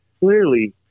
clearly